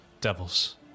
devils